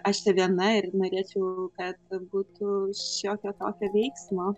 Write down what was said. aš čia viena ir norėčiau kad būtų šiokio tokio veiksmo